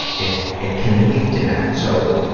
it, it can lead to that. so,